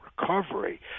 recovery